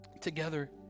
together